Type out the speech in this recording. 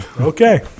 Okay